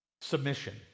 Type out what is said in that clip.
Submission